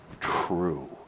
true